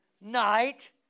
night